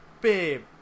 babe